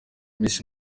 miss